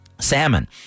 salmon